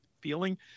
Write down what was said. feeling